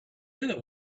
other